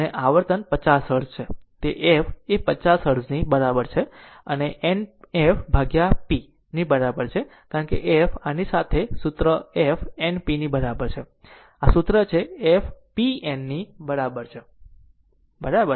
તેથી અને આવર્તન 50 હર્ટ્ઝ કહે છે કે f એ 50 હર્ટ્ઝ બરાબર છે પછી n f pની બરાબર છે કારણ કે f આની સાથે સૂત્ર f Np બરાબર છે આ તે સૂત્ર છે જે f pn ની બરાબર છે બરાબર